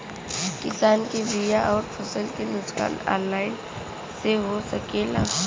किसान के बीमा अउर फसल के नुकसान ऑनलाइन से हो सकेला?